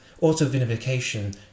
auto-vinification